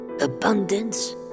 abundance